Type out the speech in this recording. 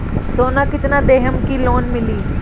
सोना कितना देहम की लोन मिली?